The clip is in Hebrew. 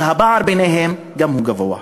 שהפער ביניהם גם הוא גדול.